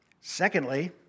Secondly